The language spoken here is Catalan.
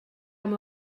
com